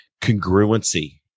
congruency